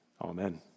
Amen